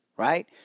Right